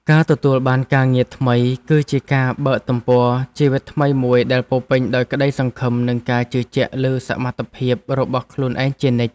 ការទទួលបានការងារថ្មីគឺជាការបើកទំព័រជីវិតថ្មីមួយដែលពោរពេញដោយក្ដីសង្ឃឹមនិងការជឿជាក់លើសមត្ថភាពរបស់ខ្លួនឯងជានិច្ច។